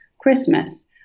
Christmas